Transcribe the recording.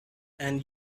and